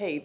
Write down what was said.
they